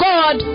God